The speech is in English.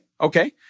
okay